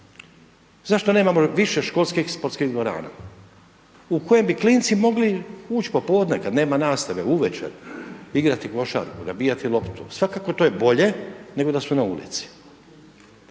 zašto nemamo više školskim sportskih dvorana, u kojem bi klinci mogli ući popodne kad nema nastave, uvečer, igrati košarku, nabijati loptu, svakako to je bolje nego da su na ulici.